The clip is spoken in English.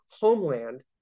homeland